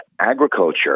agriculture